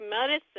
medicine